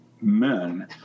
men